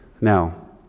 Now